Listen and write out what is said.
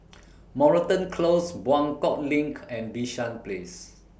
Moreton Close Buangkok LINK and Bishan Place